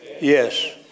yes